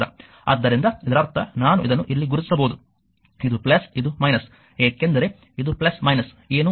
ಆದ್ದರಿಂದ ಇದರರ್ಥ ನಾನು ಇದನ್ನು ಇಲ್ಲಿ ಗುರುತಿಸಬಹುದು ಇದು ಮತ್ತು ಇದು ಏಕೆಂದರೆ ಇದು ಏನೂ ಇಲ್ಲ